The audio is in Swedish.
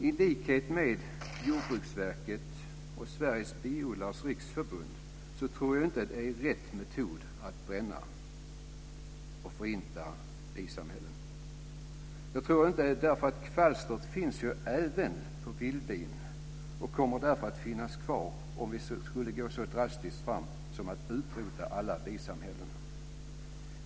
I likhet med Jordbruksverket och Sveriges Biodlares Riksförbund tror jag inte att det är rätt metod att bränna och förinta bisamhällen. Kvalstret finns ju även på vildbin och kommer därför att finnas kvar även om vi skulle gå så drastiskt fram att vi utrotar alla bisamhällen.